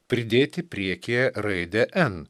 pridėti priekyje raidę en